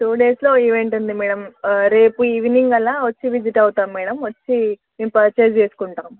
two డేస్లో event ఉంది madam రేపు ఈవెనింగ్ అలా వచ్చి విసిట్ అవుతాం మ్యాడమ్ వచ్చి మేము పర్చేస్ చేసుకుంటాం